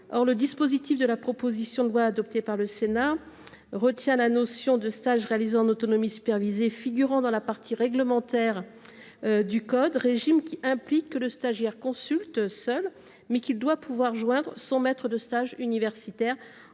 Or le dispositif de la proposition de loi adoptée par le Sénat retient la notion de stage réalisé en autonomie supervisée figurant dans la partie réglementaire du code. Cela implique que le stagiaire consulte seul, mais qu'il doit pouvoir joindre son maître de stage universitaire